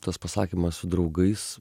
tas pasakymas su draugais